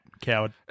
Coward